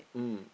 mm